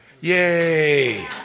Yay